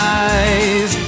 eyes